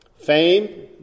Fame